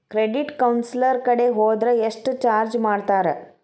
Credit counsellor ಕಡೆ ಹೊದ್ರ ಯೆಷ್ಟ್ ಚಾರ್ಜ್ ಮಾಡ್ತಾರ?